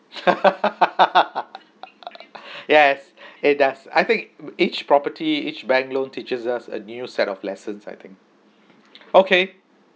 yes it does I think each property each bank loan teaches us a new set of lessons I think okay